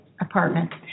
apartment